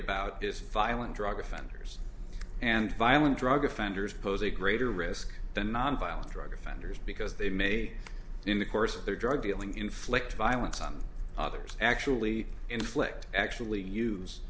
about is violent drug offenders and violent drug offenders pose a greater risk than nonviolent drug offenders because they may in the course of their drug dealing inflict violence on others actually inflict actually use